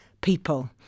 people